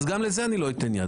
אז גם לזה אני לא אתן יד.